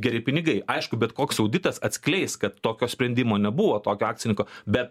geri pinigai aišku bet koks auditas atskleis kad tokio sprendimo nebuvo tokio akcininko bet